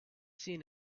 seen